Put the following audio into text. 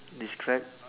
describe